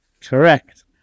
Correct